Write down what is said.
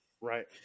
Right